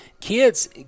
kids